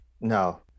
no